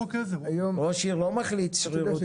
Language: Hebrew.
ראש העיר לא מחליט שרירותית.